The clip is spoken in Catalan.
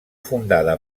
fundada